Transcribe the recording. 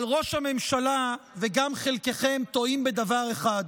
אבל ראש הממשלה, וגם חלקכם, טועים בדבר אחד: